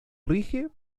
rige